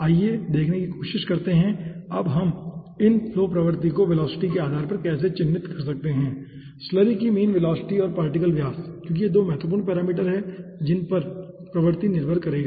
आइए देखने की कोशिश करते हैं अब हम इन फ्लो प्रवृत्ति को वेलोसिटी के आधार पर कैसे चिह्नित कर सकते हैं स्लरी की मीन वेलोसिटी और पार्टिकल व्यास क्योंकि ये 2 महत्वपूर्ण पैरामीटर हैं जिन पर प्रवृत्ति निर्भर करेगा